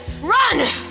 Run